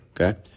okay